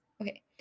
okay